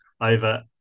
over